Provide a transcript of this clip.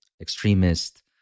extremist